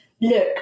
look